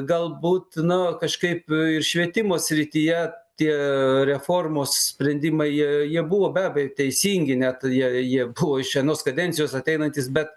galbūt na kažkaip ir švietimo srityje tie reformos sprendimai jei jie buvo be abejo teisingi net jie jie buvo iš vienos kadencijos ateinantys bet